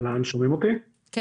טוב,